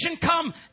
come